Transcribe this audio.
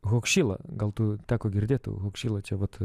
hokšila gal tau teko girdėti hokšila čia vat